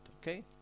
Okay